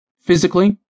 Physically